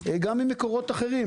גם ממקורות אחרים,